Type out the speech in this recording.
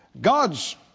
God's